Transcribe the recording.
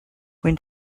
when